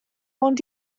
ond